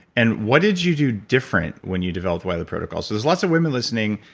and what did you do different when you develop the wiley protocol? so there's lots of women listening,